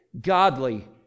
godly